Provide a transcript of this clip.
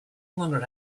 longer